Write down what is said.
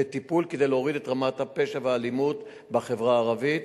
הטיפול כדי להוריד את רמת הפשע והאלימות בחברה הערבית.